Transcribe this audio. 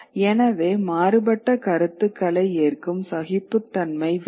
எனவே மாறுபட்ட கருத்துக்களை ஏற்கும் சகிப்புத்தன்மை வேண்டும்